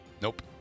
Nope